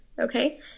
Okay